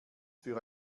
für